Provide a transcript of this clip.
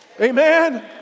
Amen